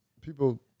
People